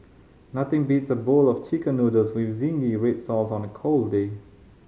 nothing beats a bowl of Chicken Noodles with zingy red sauce on a cold day